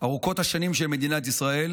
ארוכות השנים של מדינת ישראל,